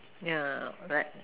yeah right